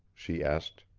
she asked.